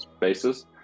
basis